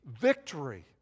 victory